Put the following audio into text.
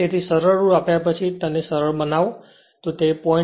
તેથી સરળ રૂપ આપ્યા પછી આને સરળ બનાવો તો તે 0